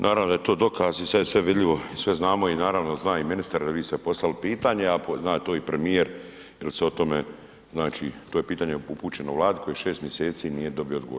Naravno da je to dokaz i sad je sve vidljivo i sve znamo i naravno zna i ministar jer vi ste postavili pitanje, a zna to i premijer jer se o tome, znači to je pitanje upućeno Vladi koje 6 mjeseci nije dobio odgovor.